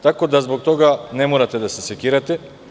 Tako da, zbog toga ne morate da se sekirate.